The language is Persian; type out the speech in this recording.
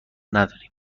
نداریم